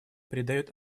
придает